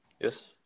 Yes